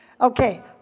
Okay